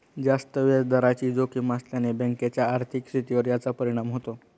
जास्त व्याजदराची जोखीम असल्याने बँकेच्या आर्थिक स्थितीवर याचा परिणाम होतो